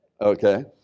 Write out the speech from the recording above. Okay